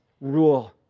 rule